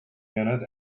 unit